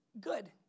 good